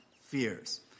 fears